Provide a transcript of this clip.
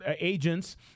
agents